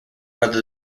whether